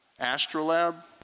Astrolab